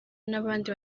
n’abandi